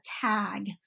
tag